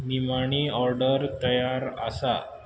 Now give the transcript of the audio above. निमाणी ऑर्डर तयार आसा